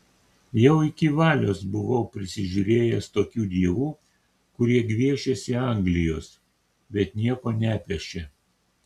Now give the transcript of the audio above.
jau iki valios buvau prisižiūrėjęs tokių dievų kurie gviešėsi anglijos bet nieko nepešė